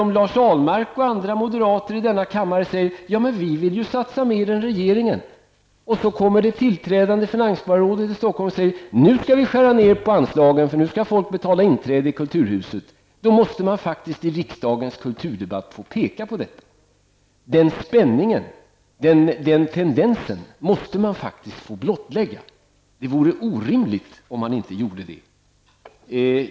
Om Lars Ahlmark och andra moderater i denna kammare säger att de vill satsa mer än regeringen och det tillträdande finansborgarrådet i Stockholm sedan säger att man nu skall skära ned på anslagen och att folk skall betala inträde i Kulturhuset, då måste man faktiskt i riksdagens kulturdebatt få peka på detta. Den spänningen, den tendensen måste man faktiskt få blottlägga. Det vore orimligt att inte göra det.